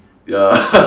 ya